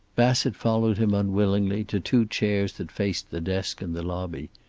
bassett followed him unwillingly to two chairs that faced the desk and the lobby.